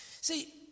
See